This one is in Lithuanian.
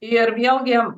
ir vėl gi